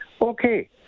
Okay